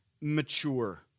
mature